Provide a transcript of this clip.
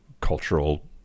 cultural